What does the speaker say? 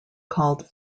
called